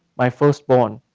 my first born.